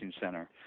center